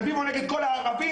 רביבו נגד כל הערבים,